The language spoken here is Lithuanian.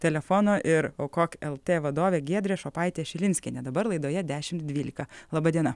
telefono ir aukok lt vadovė giedrė šopaitė šilinskienė dabar laidoje dešimt dvylika laba diena